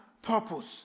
purpose